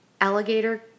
alligator